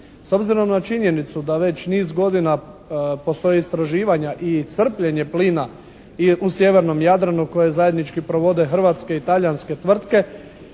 S obzirom na činjenicu da već niz godina postoje istraživanja i crpljenje plina i u sjevernom Jadranu koje zajednički provode hrvatske i talijanske tvrtke